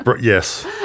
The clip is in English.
Yes